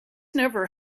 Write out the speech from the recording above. never